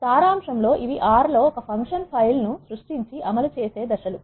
సారాంశం లో ఇవి ఆర్ R లో ఒక ఫంక్షన్ ఫైల్ ను సృష్టించి అమలు చేసే దశలు